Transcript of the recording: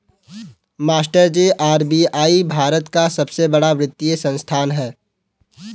मास्टरजी आर.बी.आई भारत का बड़ा वित्तीय संस्थान है